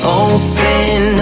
open